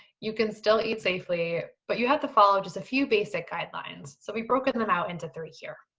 you can still eat safely, but you have to follow just a few basic guidelines. so we've broken them out into three here.